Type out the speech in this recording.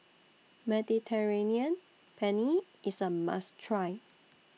Mediterranean Penne IS A must Try